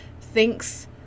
thinks